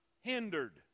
hindered